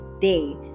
day